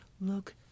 look